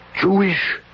Jewish